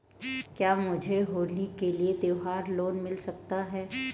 क्या मुझे होली के लिए त्यौहार लोंन मिल सकता है?